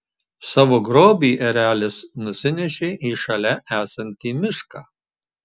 savo grobį erelis nusinešė į šalia esantį mišką